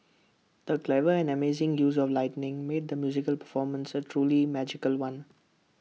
the clever and amazing use of lighting made the musical performance A truly magical one